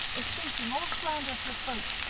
escaping all slanderous reproach,